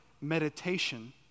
meditation